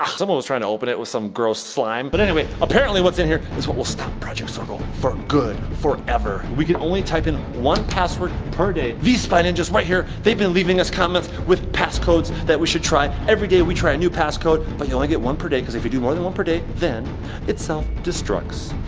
um someone was trying to open it with some gross slime. but anyway, apparently what's in here is what will stop project zorgo for good. forever. we can only type in one password per day. these spy ninjas right here, they've been leaving us comments with pass codes that we should try. every day we try a new pass code, but you only get one per day cause if you do more than one per day, then it self destructs.